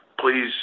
please